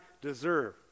deserve